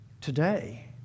today